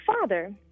father